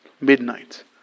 midnight